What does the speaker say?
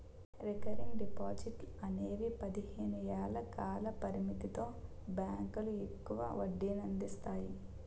recurring డిపాజిట్లు అనేవి పదిహేను ఏళ్ల కాల పరిమితితో బ్యాంకులు ఎక్కువ వడ్డీనందిస్తాయి